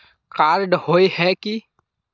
Card होय है की?